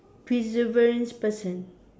perseverance person